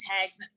tags